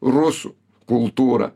rusų kultūrą